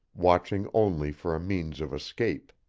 watching only for a means of escape.